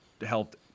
helped